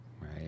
Right